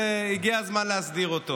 והגיע הזמן להסדיר אותו,